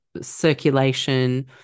circulation